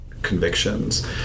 convictions